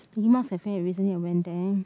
Mickey Mouse cafe recently I went there